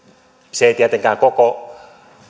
se ei tietenkään koko